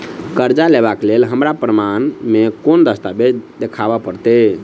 करजा लेबाक लेल हमरा प्रमाण मेँ कोन दस्तावेज देखाबऽ पड़तै?